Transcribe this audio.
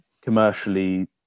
commercially